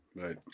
Right